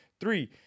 Three